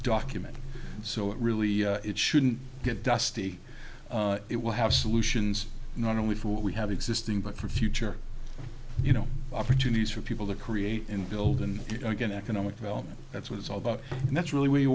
document so it really it shouldn't get dusty it will have solutions not only for what we have existing but for future you know opportunities for people to create and build and get again economic development that's what it's all about and that's really where you